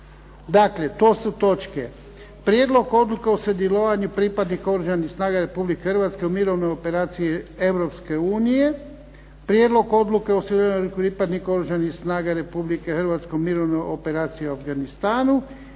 Dakle to su točke - Prijedlog odluke o sudjelovanju pripadnika Oružanih snaga Republike Hrvatske u mirovnoj operaciji Europske unije "EU NAVFOR SOMALIA – ATALANTA" - Prijedlog odluke o sudjelovanju pripadnika Oružanih snaga Republike Hrvatske u mirovnoj operaciji u Afganistanu